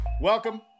welcome